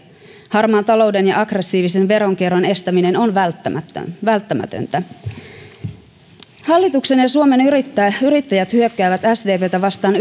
harmaan talouden ja aggressiivisen veronkierron estäminen on välttämätöntä hallitus ja suomen yrittäjät hyökkäävät sdptä vastaan